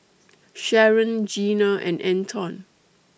Sharyn Gina and Anton